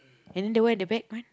and in the where the back one